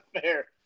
fair